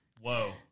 Whoa